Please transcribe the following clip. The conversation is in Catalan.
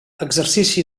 exercici